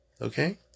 okay